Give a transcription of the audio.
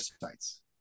sites